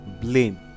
blame